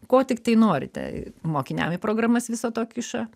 ko tiktai norite mokiniam į programas viso to kiša